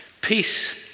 Peace